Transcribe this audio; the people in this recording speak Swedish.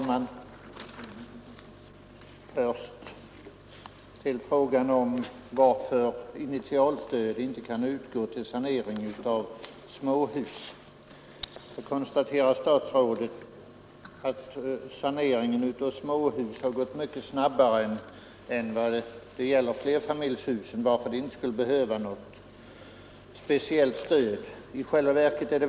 Fru talman! Första några ord om frågan varför initialstöd inte kan utgå till sanering av småhus. Statsrådet konstaterar att saneringen av småhus har gått mycket snabbare än saneringen av flerfamiljshus, varför det inte skulle behövas något speciellt stöd för småhussaneringen.